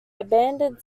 abandoned